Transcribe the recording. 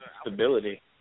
stability